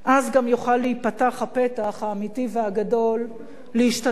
אז גם יוכל להיפתח הפתח האמיתי והגדול להשתתפות